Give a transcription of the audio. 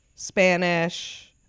spanish